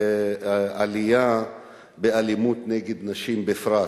ועלייה באלימות נגד נשים בפרט,